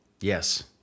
Yes